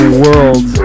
world